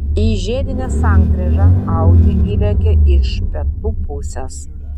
į žiedinę sankryžą audi įlėkė iš pietų pusės